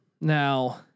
Now